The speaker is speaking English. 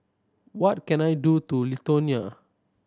what can I do to Lithuania